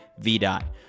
VDOT